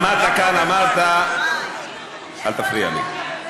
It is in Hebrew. עמדת כאן, אמרת, אל תפריע לי.